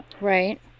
Right